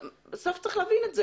את זה צריך להבין.